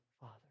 Father